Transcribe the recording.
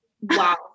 wow